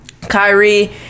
Kyrie